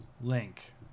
Link